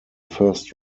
first